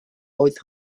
oedd